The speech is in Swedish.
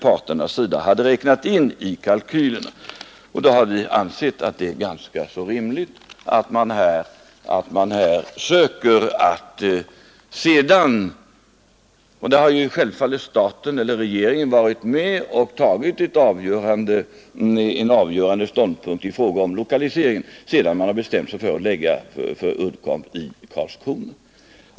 Det beloppet räknades in i kalkylerna, och vi har därför ansett det rimligt att satsa 6 miljoner kronor i form av ett direkt bidrag. Regeringen har ju tagit en avgörande ståndpunkt i fråga om lokaliseringen av Uddcomb till Karlskrona.